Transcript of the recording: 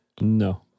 no